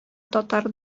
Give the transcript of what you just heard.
татар